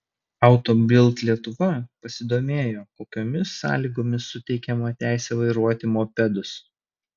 auto bild lietuva pasidomėjo kokiomis sąlygomis suteikiama teisė vairuoti mopedus